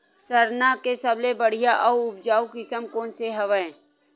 सरना के सबले बढ़िया आऊ उपजाऊ किसम कोन से हवय?